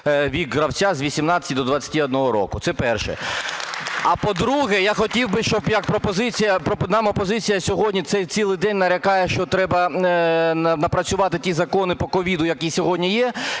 вік гравця з 18 до 21 року – це перше. А по-друге, я хотів би, щоб як пропозиція, нам опозиція сьогодні цілий день лякає, що треба напрацювати ті закони по COVID, які сьогодні є.